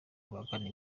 bahakana